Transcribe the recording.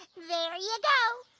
there ya go.